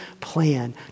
plan